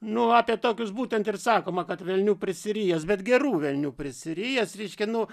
nu apie tokius būtent ir sakoma kad velnių prisirijęs bet gerų velnių prisirijęs reiškia nu